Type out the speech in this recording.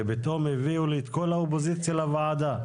פתאום הביאו לי את כל האופוזיציה לוועדה.